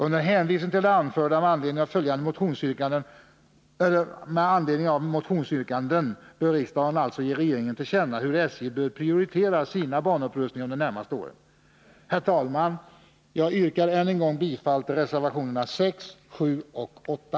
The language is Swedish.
Under hänvisning till det anförda och med anledning av motionsyrkanden bör riksdagen alltså ge regeringen till känna hur SJ bör prioritera sina banupprustningar under de närmaste åren. Herr talman! Jag yrkar än en gång bifall till reservationerna 6, 7 och 8.